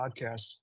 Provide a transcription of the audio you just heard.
podcast